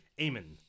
Amen